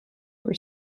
for